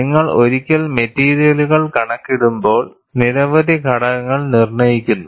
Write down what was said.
നിങ്ങൾ ഒരിക്കൽ മെറ്റീരിയലുകൾ കണക്കിടുമ്പോൾ നിരവധി ഘടകങ്ങൾ നിർണ്ണയിക്കുന്നു